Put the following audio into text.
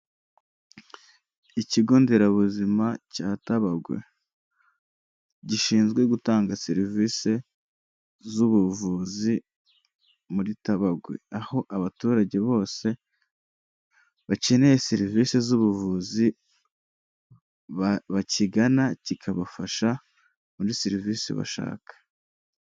Ikigo nderabuzima cya Tabagwe gishinzwe gutanga serivisi z'ubuvuzi muri Tabagwe, aho abaturage bose bakeneye serivisi z'ubuvuzi bakigana kikabafasha muri serivisi bashaka.